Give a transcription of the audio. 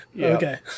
Okay